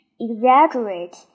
Exaggerate